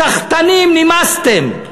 סחטנים, נמאסתם.